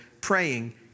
praying